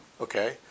okay